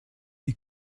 die